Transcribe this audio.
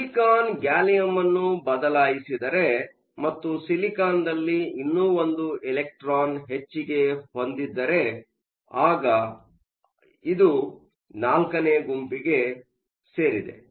ಆದ್ದರಿಂದ silicon gallium ಅನ್ನು ಬದಲಿಸಿದರೆ ಮತ್ತು ಸಿಲಿಕಾನ್ದಲ್ಲಿ ಇನ್ನೂ ಒಂದು ಎಲೆಕ್ಟ್ರಾನ್ ಹೆಚ್ಚಿಗೆ ಹೊಂದಿದ್ದರೆ ಹಾಗೂ ಇದು ನಾಲ್ಕನೇ ಗುಂಪಿಗೆ ಸೇರಿದೆ